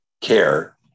care